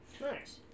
Nice